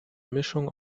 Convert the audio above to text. mischung